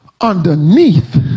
underneath